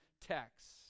text